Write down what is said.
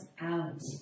out